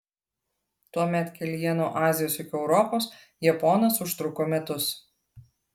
tuomet kelyje nuo azijos iki europos japonas užtruko metus